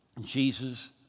Jesus